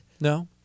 No